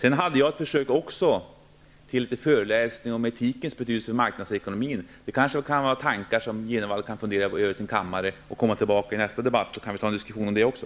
Jag gjorde ett försök till en liten föreläsning om etikens betydelse för marknadsekonomin. Det kanske kan vara tankar som Bo Jenevall kan fundera över på sin kammare. Sedan kan han komma tillbaka i nästa debatt, så kan vi ta en diskussion om det också.